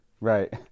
Right